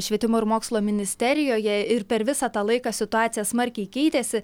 švietimo ir mokslo ministerijoje ir per visą tą laiką situacija smarkiai keitėsi